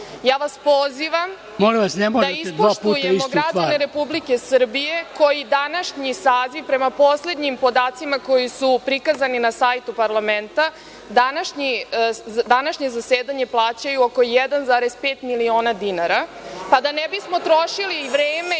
vas pozivam da ispoštujemo građane Republike Srbije koji današnji saziv prema poslednjim podacima koji su prikazani na sajtu parlamenta, današnje zasedanje plaćaju oko 1,5 miliona dinara, pa da ne bismo trošili vreme